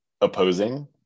opposing